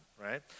right